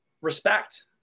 respect